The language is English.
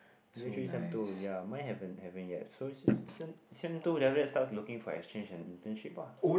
year three sem two yea mine haven't haven't yet so sem two then let start looking for exchange and internship ah